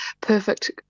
perfect